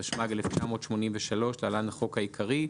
התשמ״ג-1983 (להלן - החוק העיקרי),